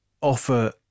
offer